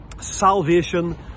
Salvation